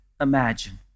imagine